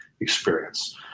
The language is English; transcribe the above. experience